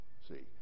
See